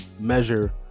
measure